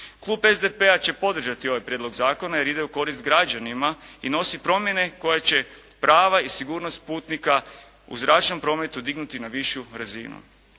Klub SDP-a će podržati ovaj prijedlog zakona jer ide u korist građanima i nosi promjene koje će prava i sigurnost putnika u zračnom prometu dignuti na višu razinu.